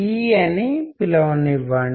communication యొక్క ఒక భాగం ప్రదర్శించబడింది